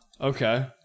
Okay